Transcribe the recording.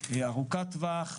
ארוכת טווח,